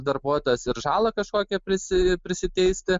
darbuotojas ir žalą kažkokią prisi prisiteisti